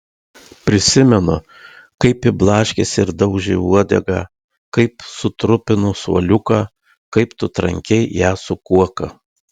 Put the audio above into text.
prisimenu kaip ji blaškėsi ir daužė uodegą kaip sutrupino suoliuką kaip tu trankei ją su kuoka